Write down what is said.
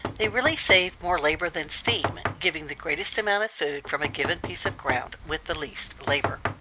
they really save more labor than steam, giving the greatest amount of food from a given piece of ground with the least labor.